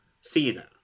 Cena